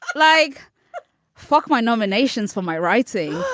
like fuck my nominations for my writing.